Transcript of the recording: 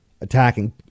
attacking